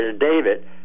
David